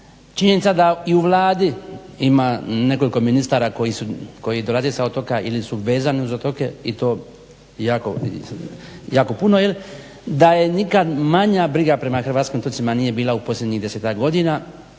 Činjenica da i u Vladi ima nekoliko ministara koji dolaze iz otoka ili su vezani uz otoke i to jako puno da je nikad manja briga prema hrvatskim otocima nije bila u posljednjih desetak godina.